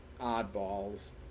oddballs